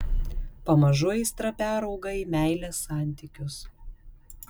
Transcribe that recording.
pamažu aistra perauga į meilės santykius